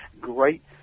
great